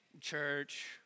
church